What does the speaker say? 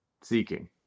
seeking